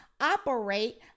operate